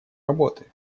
работы